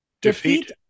Defeat